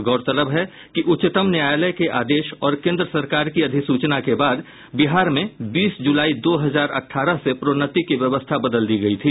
गौरतलब है कि उच्चतम न्यायालय के आदेश और केंद्र सरकार की अधिसूचना के बाद बिहार में बीस जुलाई दो हजार अठारह से प्रोन्नति की व्यवस्था बदल दी गयी थी